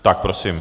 Tak prosím.